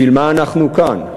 בשביל מה אנחנו כאן?